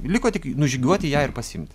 liko tik nužygiuoti ją ir pasiimt